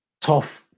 Tough